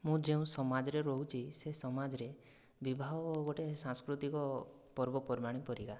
ମୁଁ ଯେଉଁ ସମାଜରେ ରହୁଛି ସେ ସମାଜରେ ବିବାହ ଗୋଟିଏ ସାଂସ୍କୃତିକ ପର୍ବପର୍ବାଣୀ ପରିକା